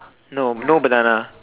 no no banana